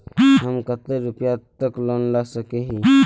हम कते रुपया तक लोन ला सके हिये?